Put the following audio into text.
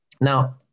Now